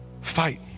Fight